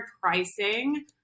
pricing